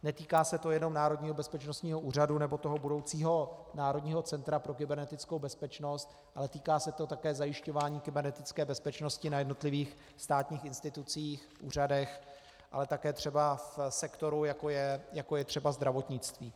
Netýká se to jenom Národního bezpečnostního úřadu nebo toho budoucího Národního centra pro kybernetickou bezpečnost, ale týká se to také zajišťování kybernetické bezpečnosti na jednotlivých státních institucích, úřadech, ale také třeba v sektoru, jako je třeba zdravotnictví.